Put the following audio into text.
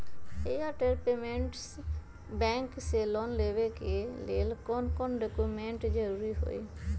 Airtel payments bank से loan लेवे के ले कौन कौन डॉक्यूमेंट जरुरी होइ?